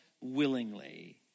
willingly